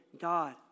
God